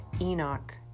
Enoch